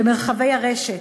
במרחבי הרשת.